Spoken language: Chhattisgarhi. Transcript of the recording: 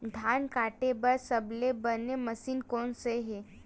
धान काटे बार सबले बने मशीन कोन हे?